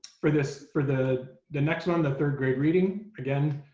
for this for the the next one, the third great reading. again,